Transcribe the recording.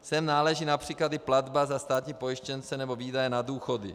Sem náleží například i platba za státní pojištěnce nebo výdaje na důchody.